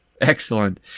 Excellent